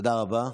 תודה רבה.